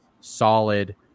solid